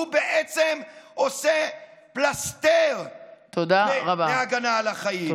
הוא בעצם עושה פלסתר את ההגנה על החיים.